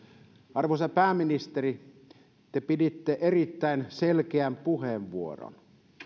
arvoisa pääministeri te piditte erittäin selkeän puheenvuoron